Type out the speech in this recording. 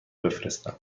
بفرستم